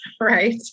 right